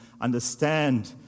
understand